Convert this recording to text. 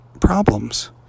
problems